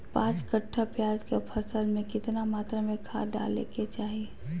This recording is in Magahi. पांच कट्ठा प्याज के फसल में कितना मात्रा में खाद डाले के चाही?